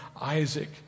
Isaac